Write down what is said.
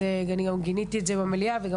אז אני גם גיניתי את זה במליאה וגם